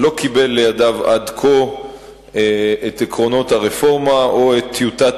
לא קיבל לידיו עד כה את עקרונות הרפורמה או את טיוטת